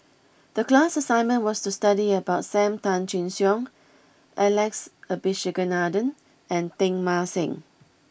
the class assignment was to study about Sam Tan Chin Siong Alex Abisheganaden and Teng Mah Seng